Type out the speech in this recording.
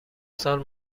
سال